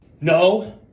no